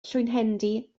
llwynhendy